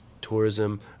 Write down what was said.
tourism